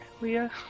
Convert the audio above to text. Leah